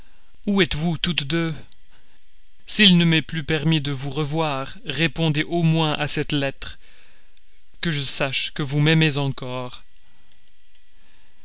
où êtes-vous toutes deux s'il ne m'est plus permis de vous revoir répondez au moins à cette lettre que je sache que vous m'aimez encore